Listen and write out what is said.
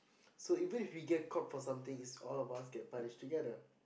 so even if we get caught for something is all of us get punished together